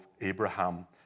Abraham